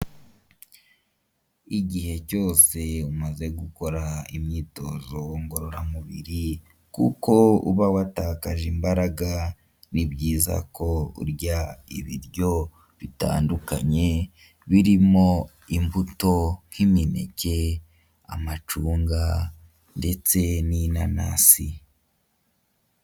Igihe cyose umaze gukora imyitozo ngororamubiri kuko uba watakaje imbaraga ni byiza ko urya ibiryo bitandukanye birimo imbuto nk'imineke, amacunga ndetse n'inanasi.